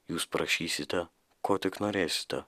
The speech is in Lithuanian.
jūs prašysite ko tik norėsite